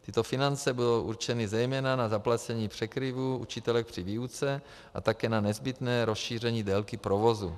Tyto finance budou určeny zejména na zaplacení překryvů učitelek při výuce a také na nezbytné rozšíření délky provozu.